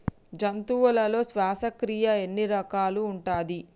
జంతువులలో శ్వాసక్రియ ఎన్ని రకాలు ఉంటది?